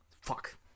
Fuck